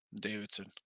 Davidson